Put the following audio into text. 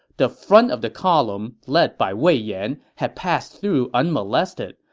the front of the column, led by wei yan, had passed through unmolested,